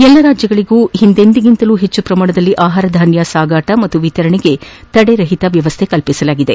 ಎಲ್ಲ ರಾಜ್ಯಗಳಗೂ ಹಿಂದೆಂದಿಗಿಂತಲೂ ಹೆಚ್ಚು ಪ್ರಮಾಣದಲ್ಲಿ ಆಹಾರಧಾನ್ಯಗಳ ಸಾಗಾಟ ಮತ್ತು ವಿತರಣೆಗೆ ತಡೆರಹಿತ ವ್ಯವಸ್ಥೆ ಕಲ್ಪಿಸಲಾಗಿದೆ